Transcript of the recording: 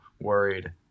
worried